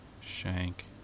Shank